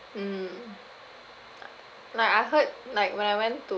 mm like I heard like when I went to